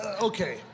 Okay